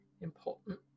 important